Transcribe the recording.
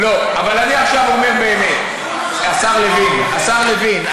אבל אני עכשיו אומר באמת, השר לוין, השר לוין.